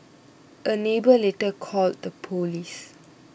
a neighbour later called the police